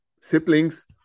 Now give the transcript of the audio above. siblings